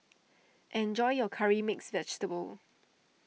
enjoy your Curry Mixed Vegetable